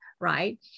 Right